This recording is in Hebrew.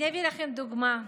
אני אביא לכם דוגמה: